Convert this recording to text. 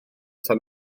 tan